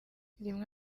rimwe